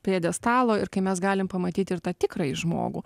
pjedestalo ir kai mes galim pamatyti ir tą tikrąjį žmogų